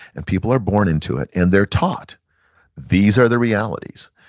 and people are born into it and they're taught these are the realities,